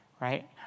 right